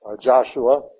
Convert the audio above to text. Joshua